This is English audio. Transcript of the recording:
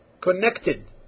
Connected